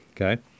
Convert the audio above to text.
Okay